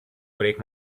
break